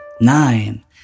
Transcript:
Nine